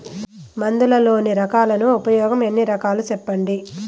మందులలోని రకాలను ఉపయోగం ఎన్ని రకాలు? సెప్పండి?